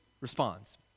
responds